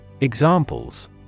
Examples